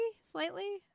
slightly